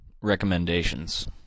Recommendations